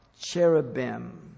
cherubim